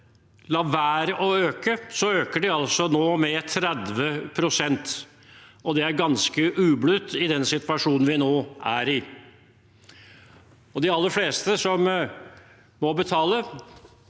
la være å øke, øker de med 30 pst. Det er ganske ublutt i den situasjonen vi nå er i. De aller fleste som må betale,